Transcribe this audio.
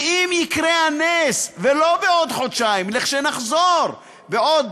ואם יקרה הנס, ולא בעוד חודשיים אלא כשנחזור, בעוד